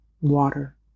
water